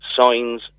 Signs